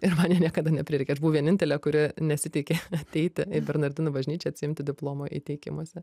ir niekada neprireikė aš buvau vienintelė kuri nesiteikė ateiti į bernardinų bažnyčią atsiimti diplomo įteikimuose